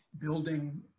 building